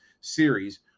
series